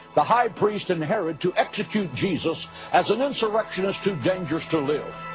the high priest, and herod to execute jesus as an insurrectionist too dangerous to live.